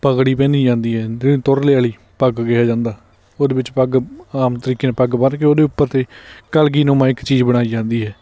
ਪੱਗੜੀ ਪਹਿਨੀ ਜਾਂਦੀ ਹੈ ਜਿਹਨੂੰ ਤੁਰਲੇ ਵਾਲੀ ਪੱਗ ਕਿਹਾ ਜਾਂਦਾ ਉਹ ਦੇ ਵਿੱਚ ਪੱਗ ਆਮ ਤਰੀਕੇ ਨਾਲ ਪੱਗ ਬੰਨ੍ਹ ਕੇ ਉਹਦੇ ਉੱਪਰ 'ਤੇ ਕਲਗੀਨੁਮਾ ਇੱਕ ਚੀਜ਼ ਬਣਾਈ ਜਾਂਦੀ ਹੈ